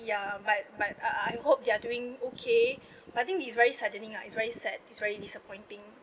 ya but but I I hope they're doing okay but I think it's very saddening lah it's very sad it's very disappointing